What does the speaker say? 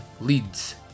leads